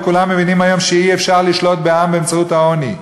וכולם מבינים היום שאי-אפשר לשלוט בעם באמצעות העוני.